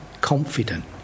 confident